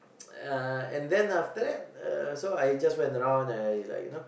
uh and then after that uh I just went around I like you know